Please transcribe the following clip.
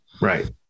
right